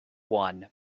one